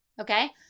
Okay